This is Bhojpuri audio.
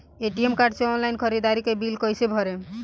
ए.टी.एम कार्ड से ऑनलाइन ख़रीदारी के बिल कईसे भरेम?